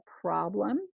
problem